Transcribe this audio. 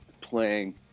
playing